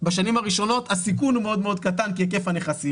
בשנים הראשונות הסיכון הוא מאוד מאוד קטן כי היקף הנכסים